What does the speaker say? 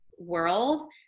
world